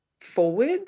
forward